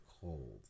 cold